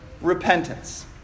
repentance